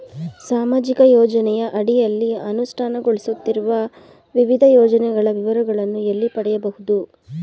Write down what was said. ಸಾಮಾಜಿಕ ಯೋಜನೆಯ ಅಡಿಯಲ್ಲಿ ಅನುಷ್ಠಾನಗೊಳಿಸುತ್ತಿರುವ ವಿವಿಧ ಯೋಜನೆಗಳ ವಿವರಗಳನ್ನು ಎಲ್ಲಿ ಪಡೆಯಬಹುದು?